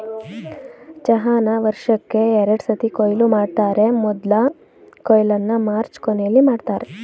ಚಹಾನ ವರ್ಷಕ್ಕೇ ಎರಡ್ಸತಿ ಕೊಯ್ಲು ಮಾಡ್ತರೆ ಮೊದ್ಲ ಕೊಯ್ಲನ್ನ ಮಾರ್ಚ್ ಕೊನೆಲಿ ಮಾಡ್ತರೆ